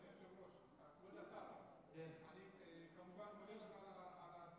היושב-ראש, כבוד השר, אני כמובן מודה לך על ההצעה.